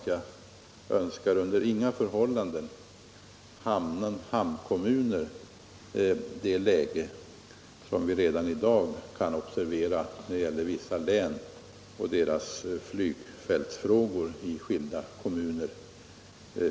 Jag önskar under inga förhållanden hamnkommunerna i det läge som vi i dag kan observera när det gäller vissa län och deras flygfältsfrågor i skilda kom muner.